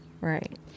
Right